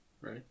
Right